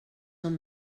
són